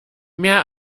mehr